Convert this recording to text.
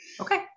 Okay